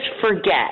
forget